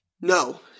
No